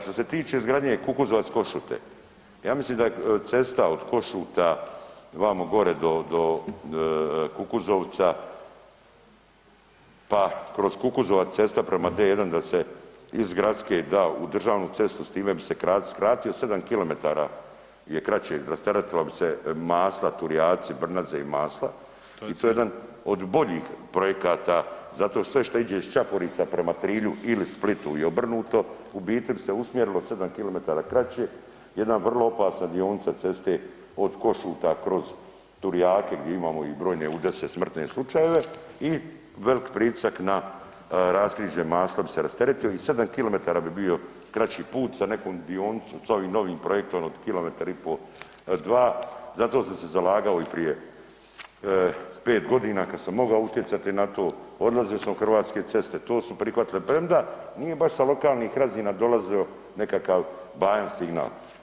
Što se tiče izgradnje Kukuzovac-Košute, ja mislim da je cesta od Košuta vamo gore do Kukuzovca pa kroz Kukuzovac cesta prema D1 da se iz gradske da u državnu cestu s time bi se skratio 7 km je kraće, rasteretilo bi se Masla, Turjaci, Brnaze i Masla ... [[Upadica se ne čuje.]] i to je jedan od boljih projekata zato sve što iđe iz Čaporica prema Trilju ili Splitu i obrnuto u biti bi se usmjerilo 7 km kraće, jedna vrlo opasna dionica cesta od Košuta kroz Turjake gdje imamo i brojne udese, smrtne slučajeve i velik pritisak na raskrižje Masla bi se rasteretili i 7 km bi bio kraći put sa nekom dionicom, s ovim novim projektom od kilometar i pol, dva, zato sam se zalagao i prije 5 godina kad sam mogao utjecati na to, odlazio sam u Hrvatske ceste, to su prihvatili premda nije baš sa lokalnih razina dolazilo nekakav bajan signal.